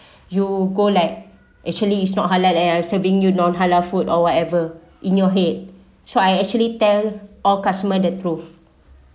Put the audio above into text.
you go like actually is not halal leh are serving you non halal food or whatever in your head so I actually tell all customer the truth